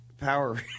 Power